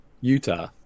utah